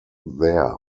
there